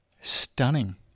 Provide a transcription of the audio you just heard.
Stunning